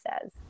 says